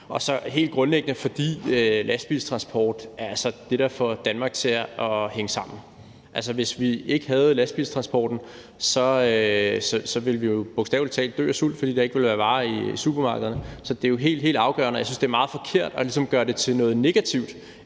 og så helt grundlæggende, fordi lastbiltransport altså er det, der får Danmark til at hænge sammen. Altså, hvis vi ikke havde lastbiltransporten, ville vi jo bogstavelig talt dø af sult, fordi der ikke ville være varer i supermarkederne. Så det er helt, helt afgørende. Og jeg synes, det er meget forkert ligesom at gøre det til noget negativt,